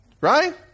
Right